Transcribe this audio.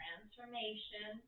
Transformation